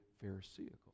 pharisaical